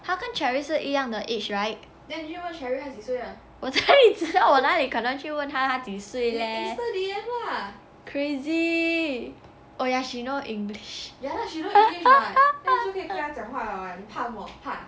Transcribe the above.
他跟 cherry 是一样的 age right 我哪里可能去问他几岁 leh crazy oh ya she know english